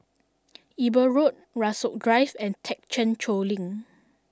Eber Road Rasok Drive and Thekchen Choling